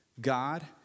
God